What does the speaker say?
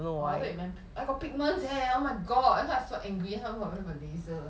orh I thought you meant I got pigments eh oh my god so I so angry so I went for laser